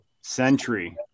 Sentry